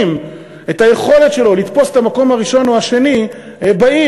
את היכולת שלו לתפוס את המקום הראשון או השני בעיר,